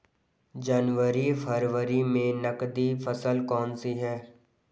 जनवरी फरवरी में नकदी फसल कौनसी है?